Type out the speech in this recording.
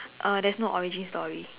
uh there's no origin story